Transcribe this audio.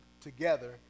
together